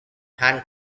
hand